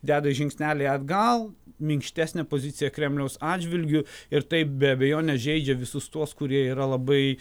deda žingsnelį atgal minkštesnė pozicija kremliaus atžvilgiu ir tai be abejonės žeidžia visus tuos kurie yra labai